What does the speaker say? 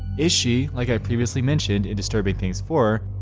is she, like i previously mentioned in disturbing things four,